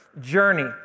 journey